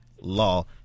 Law